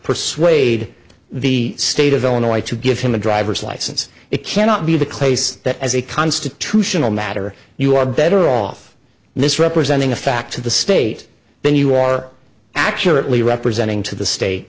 persuade the state of illinois to give him a driver's license it cannot be the case that as a constitutional matter you are better off misrepresenting the facts of the state then you are accurately representing to the state